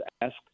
asked